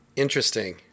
Interesting